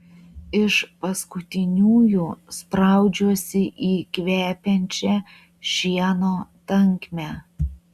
iš paskutiniųjų spraudžiuosi į kvepiančią šieno tankmę